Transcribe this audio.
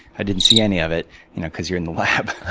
i didn't see any of it you know because you're in the lab.